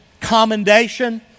commendation